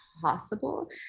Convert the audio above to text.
possible